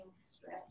stretch